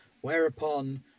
whereupon